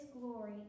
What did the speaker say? glory